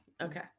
Okay